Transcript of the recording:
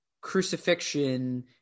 crucifixion